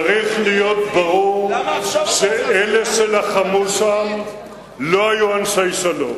צריך להיות ברור שאלה שלחמו שם לא היו אנשי שלום,